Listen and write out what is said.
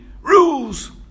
rules